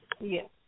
Yes